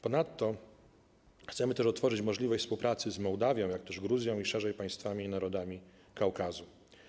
Ponadto chcemy też otworzyć możliwość współpracy z Mołdawią, jak też Gruzją i szerzej z państwami i narodami Kaukazu.